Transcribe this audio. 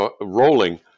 rolling